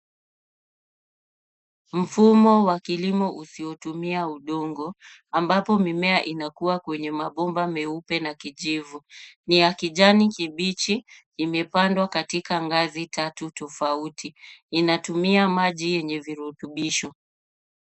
Mfumo wa kilimo usiotumia udongo ambapo mimea inakua kwenye mabomba meupe na kijivu. Ni ya kijani kibichi, imepandwa katika ngazi tatu tofauti. Inatumia maji yenye virutubisho.